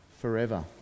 forever